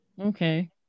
okay